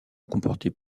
comportait